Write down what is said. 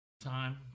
time